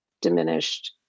diminished